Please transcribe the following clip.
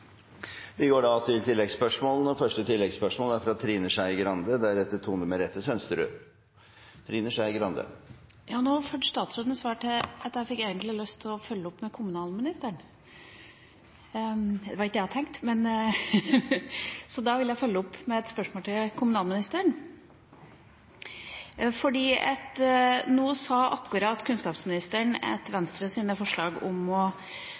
Trine Skei Grande. Nå førte statsrådens svar til at jeg egentlig fikk lyst til å følge opp med kommunalministeren, sjøl om det ikke var det jeg hadde tenkt. Da vil jeg altså følge opp med et spørsmål til kommunalministeren, for akkurat nå sa kunnskapsministeren at Venstres forslag om å